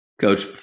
Coach